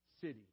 city